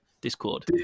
Discord